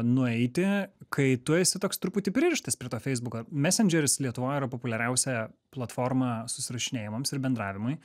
nueiti kai tu esi toks truputį pririštas prie to feisbuko mesendžeris lietuvoj yra populiariausia platforma susirašinėjimams ir bendravimui